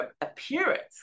appearance